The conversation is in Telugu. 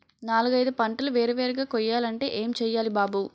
నాలుగైదు పంటలు వేరు వేరుగా కొయ్యాలంటే ఏం చెయ్యాలి బాబూ